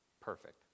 perfect